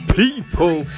people